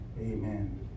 Amen